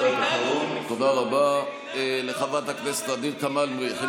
תודה רבה לחברת הכנסת ע'דיר כמאל מריח.